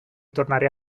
tornare